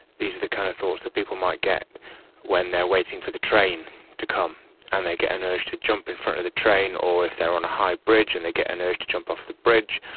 these are the kind of thoughts that people might get when they are waiting for the train to come and they get an urge to jump in front of the train, or if they are on a high bridge and they get an urge to jump off the bridge,